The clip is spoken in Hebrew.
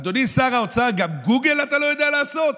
אדוני שר האוצר, גם גוגל אתה לא יודע לעשות?